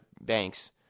Banks